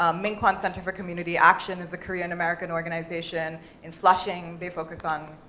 um minkwon center for community action is a korean american organization in flushing. they focus on,